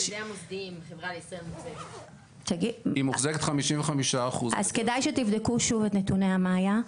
היא מוחזקת 55%. כדאי שתבדקו שוב את נתוני "מאיה".